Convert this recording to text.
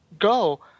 go